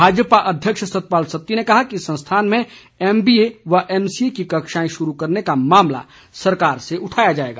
भाजपा अध्यक्ष सतपाल सत्ती ने कहा कि संस्थान में एमबीए व एमसीए की कक्षाएं शुरू करने का मामला सरकार से उठाया जाएगा